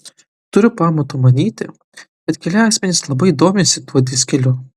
turiu pamato manyti kad keli asmenys labai domisi tuo diskeliu